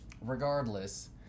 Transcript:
Regardless